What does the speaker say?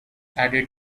added